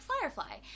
Firefly